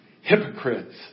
hypocrites